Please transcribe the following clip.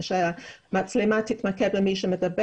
שהמצלמה תתמקד בדובר.